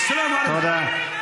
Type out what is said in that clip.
שלום עליכם.) תודה.